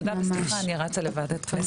תודה וסליחה, אני רצה לוועדת כנסת.